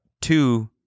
two